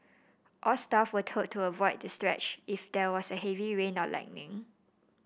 all staff were told to avoid that stretch if there was a heavy rain or lightning